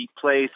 place